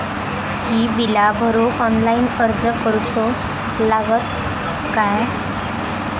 ही बीला भरूक ऑनलाइन अर्ज करूचो लागत काय?